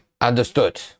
understood